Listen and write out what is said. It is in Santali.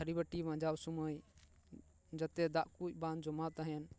ᱛᱷᱟᱹᱨᱤ ᱵᱟᱴᱤ ᱢᱟᱸᱡᱟᱣ ᱥᱳᱢᱳᱭ ᱡᱟᱛᱮ ᱫᱟᱜ ᱠᱚ ᱵᱟᱝ ᱡᱚᱢᱟᱣ ᱛᱟᱦᱮᱱ